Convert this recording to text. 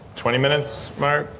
twenty minutes, mark?